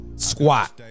Squat